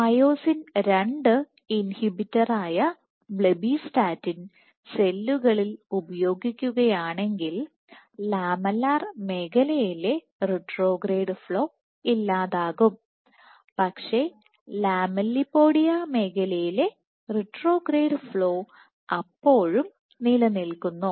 myosin II ഇൻഹിബിറ്ററായ blebbistatin സെല്ലുകളിൽ ഉപയോഗിക്കുകയാണെങ്കിൽ ലാമെല്ലാർ മേഖലയിലെ റിട്രോഗ്രേഡ് ഫ്ലോ ഇല്ലാതാകും പക്ഷേ ലാമെല്ലിപോഡിയ മേഖലയിലെ റിട്രോഗ്രേഡ് ഫ്ലോ അപ്പോഴും നിലനിൽക്കുന്നു